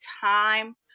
time